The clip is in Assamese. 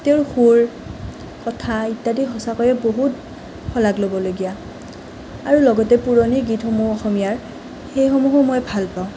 তেওঁৰ সুৰ কথা ইত্যাদি সঁচাকৈয়ে বহুত শলাগ ল'বলগীয়া আৰু লগতে পুৰণি গীতসমূহ অসমীয়াৰ সেইসমূহো মই ভাল পাওঁ